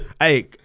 Hey